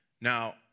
Now